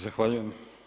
Zahvaljujem.